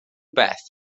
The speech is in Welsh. beth